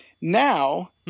now